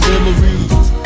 memories